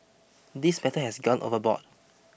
this matter has gone overboard